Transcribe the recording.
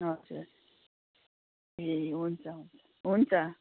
हजुर ए हुन्छ हुन्छ हुन्छ